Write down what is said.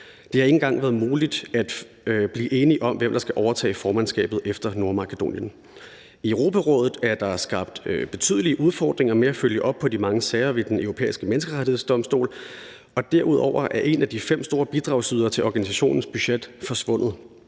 Det har ikke engang været muligt at blive enige om, hvem der skal overtage formandskabet efter Nordmakedonien. I Europarådet er der skabt betydelige udfordringer med at følge op på de mange sager ved Den Europæiske Menneskerettighedsdomstol, og derudover er en af de fem store bidragsydere til organisationens budget forsvundet,